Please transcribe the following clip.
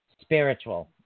Spiritual